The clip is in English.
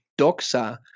doxa